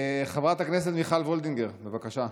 חברת הכנסת מיכל וולדיגר, בבקשה.